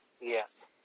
Yes